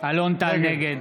נגד